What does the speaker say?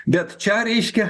bet čia reiškia